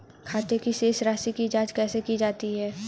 खाते की शेष राशी की जांच कैसे की जाती है?